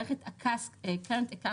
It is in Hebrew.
מערכת ה-CASS, Current Account